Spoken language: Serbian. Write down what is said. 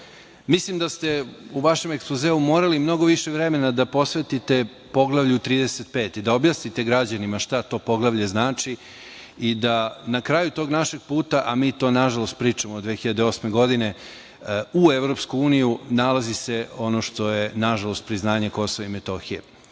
da ste u vašem ekspozeu morali mnogo više vremena da posvetite Poglavlju 35. i da objasnite građanima šta to Poglavlje znači i da na kraju tog našeg puta, a mi to, nažalost, pričamo od 2008. godine u EU nalazi se ono što je, nažalost, priznanje Kosova i Metohije.Za